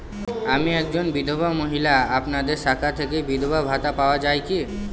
আমি একজন বিধবা মহিলা আপনাদের শাখা থেকে বিধবা ভাতা পাওয়া যায় কি?